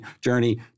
journey